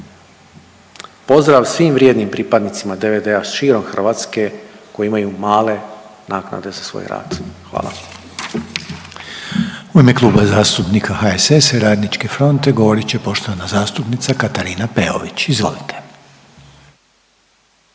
pozdrav svim vrijednim pripadnicima DVD-a širom Hrvatske koji imaju male naknade za svoj rad, hvala. **Reiner, Željko (HDZ)** U ime Kluba zastupnika HSS-a i RF-a govorit će poštovana zastupnica Katarina Peović, izvolite.